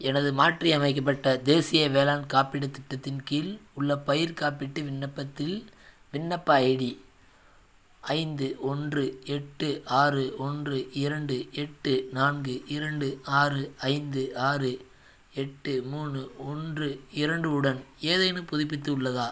எனது மாற்றியமைக்கப்பட்ட தேசிய வேளாண் காப்பீட்டுத் திட்டத்தின் கீழ் உள்ள பயிர் காப்பீட்டு விண்ணப்பத்தில் விண்ணப்ப ஐடி ஐந்து ஒன்று எட்டு ஆறு ஒன்று இரண்டு எட்டு நான்கு இரண்டு ஆறு ஐந்து ஆறு எட்டு மூணு ஒன்று இரண்டு உடன் ஏதேனும் புதுப்பித்து உள்ளதா